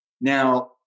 Now